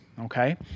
okay